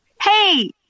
Hey